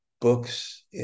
books